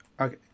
okay